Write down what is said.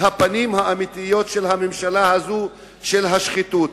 הפנים האמיתיות של הממשלה הזאת, של השחיתות.